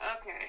Okay